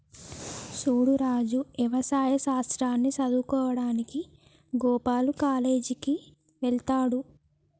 సూడు రాజు యవసాయ శాస్త్రాన్ని సదువువుకోడానికి గోపాల్ కాలేజ్ కి వెళ్త్లాడు